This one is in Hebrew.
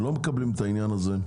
לא מקבלים את העניין הזה,